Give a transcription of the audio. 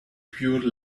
pure